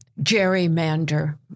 gerrymander